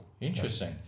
interesting